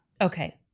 Okay